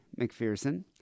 McPherson